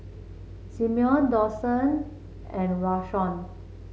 Simeon Dawson and Rashawn